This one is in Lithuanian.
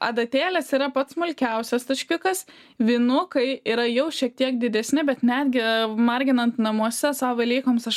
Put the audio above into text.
adatėlės yra pats smulkiausias taškiukas vynukai yra jau šiek tiek didesni bet netgi marginant namuose sau velykoms aš